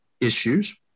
issues